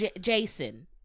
Jason